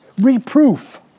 reproof